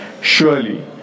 Surely